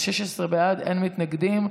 16 בעד, אין מתנגדים.